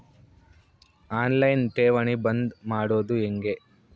On line ಠೇವಣಿ ಬಂದ್ ಮಾಡೋದು ಹೆಂಗೆ?